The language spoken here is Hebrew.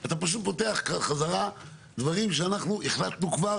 אתה פותח שוב דברים שהחלטנו כבר